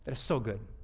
ah so good.